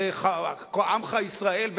עמך ישראל,